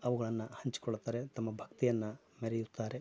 ಅವುಗಳನ್ನ ಹಂಚ್ಕೊಳ್ತಾರೆ ತಮ್ಮ ಭಕ್ತಿಯನ್ನ ಮೆರೆಯುತ್ತಾರೆ